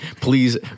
please